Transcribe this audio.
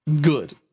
good